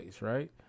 Right